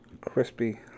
crispy